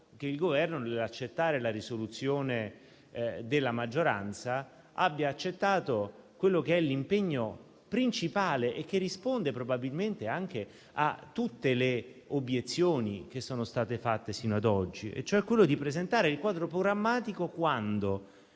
che il Governo, nell'accettare la proposta di risoluzione della maggioranza, ne abbia accettato l'impegno principale che risponde probabilmente anche a tutte le obiezioni che sono state fatte sino ad oggi, e cioè quello di presentare il quadro programmatico quando